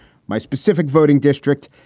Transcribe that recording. my specific voting district.